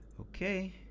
okay